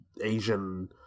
Asian